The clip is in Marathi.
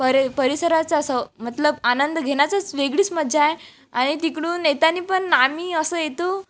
परि परिसराचं असं मतलब आनंद घेण्याचाच वेगळीच मज्जा आहे आणि तिकडून येताना पण आम्ही असं येतो